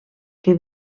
que